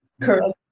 correct